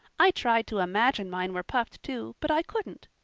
i tried to imagine mine were puffed, too, but i couldn't.